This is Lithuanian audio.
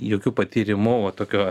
jokiu patyrimu va tokio